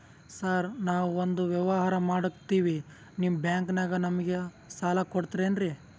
Sir ನಾವು ಒಂದು ವ್ಯವಹಾರ ಮಾಡಕ್ತಿವಿ ನಿಮ್ಮ ಬ್ಯಾಂಕನಾಗ ನಮಿಗೆ ಸಾಲ ಕೊಡ್ತಿರೇನ್ರಿ?